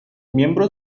miembros